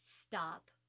stop